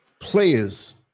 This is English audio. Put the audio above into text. players